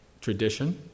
tradition